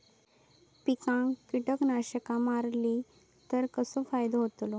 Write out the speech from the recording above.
पिकांक कीटकनाशका मारली तर कसो फायदो होतलो?